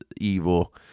evil